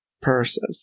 person